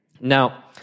Now